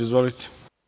Izvolite.